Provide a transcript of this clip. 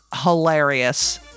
Hilarious